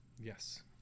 Yes